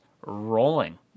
rolling